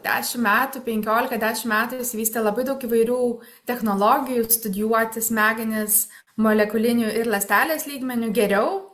dešim metų penkiolika dešim metų išsivystė labai daug įvairių technologijų studijuoti smegenis molekuliniu ir ląstelės lygmeniu geriau